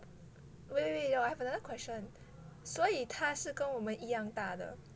wait wait I have got another question 所以他是跟我们一样大的